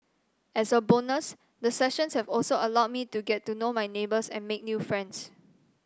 as a bonus the sessions have also allowed me to get to know my neighbours and make new friends